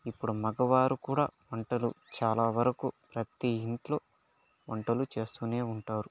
ఇప్పుడు మగవారు కూడా వంటలు చాలా వరకు ప్రతి ఇంట్లో వంటలు చేస్తూనే ఉంటారు